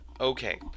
Okay